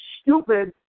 stupid